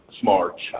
smart